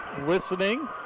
listening